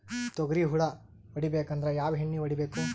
ತೊಗ್ರಿ ಹುಳ ಹೊಡಿಬೇಕಂದ್ರ ಯಾವ್ ಎಣ್ಣಿ ಹೊಡಿಬೇಕು?